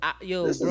Yo